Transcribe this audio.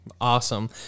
Awesome